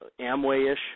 Amway-ish